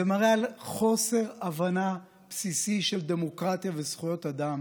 זה מראה על חוסר הבנה בסיסי של דמוקרטיה וזכויות אדם